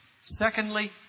secondly